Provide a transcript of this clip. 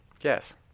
Yes